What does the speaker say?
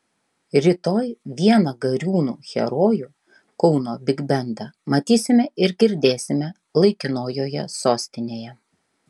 rytoj vieną gariūnų herojų kauno bigbendą matysime ir girdėsime laikinojoje sostinėje